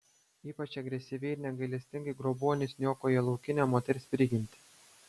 ypač agresyviai ir negailestingai grobuonis niokoja laukinę moters prigimtį